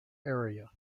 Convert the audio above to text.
area